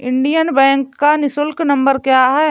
Indian bank का निःशुल्क number क्या है?